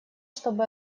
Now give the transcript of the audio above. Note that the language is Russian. чтобы